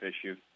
issue